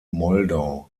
moldau